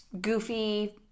goofy